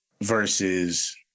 versus